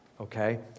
okay